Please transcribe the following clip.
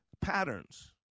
patterns